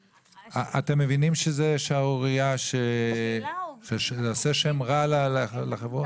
אתם מבינים שזו שערורייה, שזה עושה שם רע לחברות?